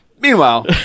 Meanwhile